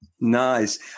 Nice